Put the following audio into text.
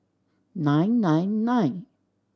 nine nine nine